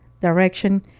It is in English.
direction